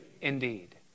Indeed